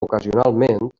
ocasionalment